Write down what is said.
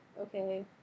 okay